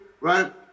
right